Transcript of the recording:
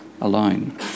alone